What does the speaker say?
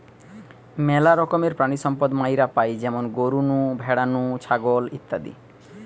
মেলা রকমের প্রাণিসম্পদ মাইরা পাই যেমন গরু নু, ভ্যাড়া নু, ছাগল ইত্যাদি